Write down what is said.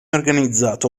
organizzato